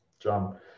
John